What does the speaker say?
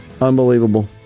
Unbelievable